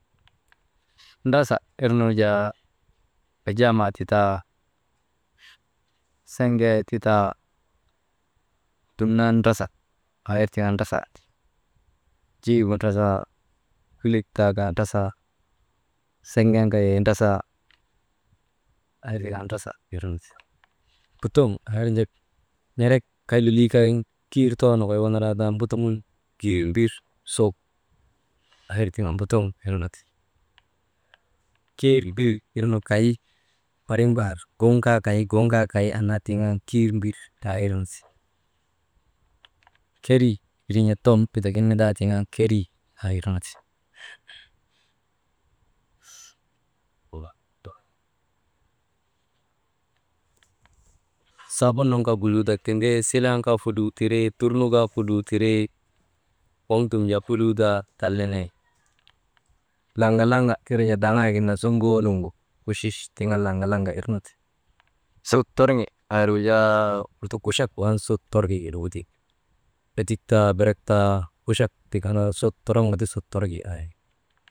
Drasa irnu jaa kajaanaa ti taa, seŋee ti taa duman drasa aa ir tiŋ andaka drasa, jigu drasa, kulek taa kaa drasa siŋen kaa yay drasa, aa ir ka drasa irnu ti, mbutoŋ aa irnu jaa n̰erek kay lolii kelee wanaraa tika ti mbutuŋun kiir mbir su aa ir tiŋ an mbutoŋ irnu ti, kir mbir aa irnu kay barik mbaar gun kaa kay, gun kaa kay annaa tiŋ an kir mbir aa irnu ti, kirii wirin jaa dom bitagin nindaa tiŋ an kerii aa irnu ti, sabun nun kaa fuluudak tindii, silan kaa fuluu tirii, durnu kaa fuluu tirii, waŋ dum jaa fuluudaa tal nenee wi, laŋalaŋa wirnu jaa daŋaayek gin naa suŋoo nuŋu wuchich tiŋ an laŋalaŋa wirnu ti, sut torŋi aa irgu jaa lutok guchak tik an sut torŋi aa irgu ti, edik taa berek taa, guchak tik an sut torŋoka ti sut torŋi irgu ti.